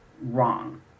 wrong